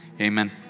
amen